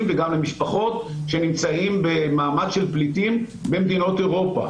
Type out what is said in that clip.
וגם למשפחות שנמצאים במעמד של פליטים במדינות אירופה.